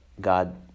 God